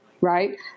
right